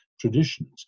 traditions